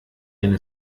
eine